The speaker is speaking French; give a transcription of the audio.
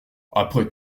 après